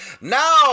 now